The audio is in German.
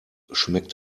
schmeckt